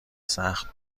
سخت